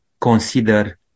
consider